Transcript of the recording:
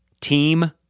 team